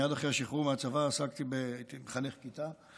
מייד אחרי השחרור מהצבא הייתי מחנך כיתה,